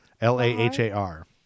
L-A-H-A-R